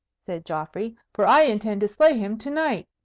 said geoffrey, for i intend to slay him to-night.